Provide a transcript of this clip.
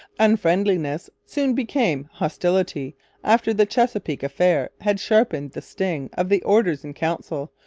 unfriendliness soon became hostility after the chesapeake affair had sharpened the sting of the orders-in-council,